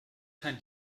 kein